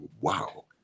wow